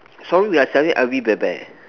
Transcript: sorry we are selling L_V bear bear